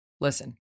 Listen